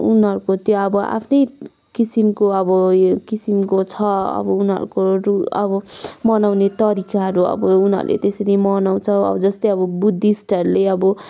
उनीहरूको त्यो अब आफ्नै किसिमको अब यो किसिमको छ अब उनीहरूको रुल अब मनाउने तरिकाहरू अब उनीहरूले त्यसरी मनाउँछ जस्तै अब बुद्धिस्टहरूले अब